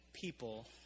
people